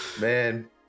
Man